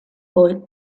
boy